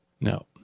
No